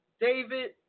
David